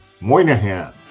Moynihan